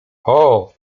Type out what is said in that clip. ooo